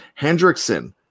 Hendrickson